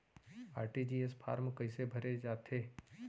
RTGS form कइसे भरे जाथे?